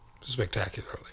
Spectacularly